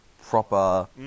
proper